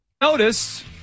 Notice